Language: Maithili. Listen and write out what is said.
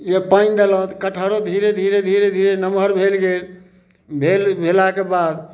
ये पानि देलहुँ तऽ कटहरो धीरे धीरे धीरे धीरे नमहर भेल गेल भेल भेलाके बाद